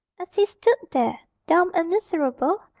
as he stood there, dumb and miserable,